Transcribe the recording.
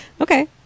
Okay